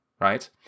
right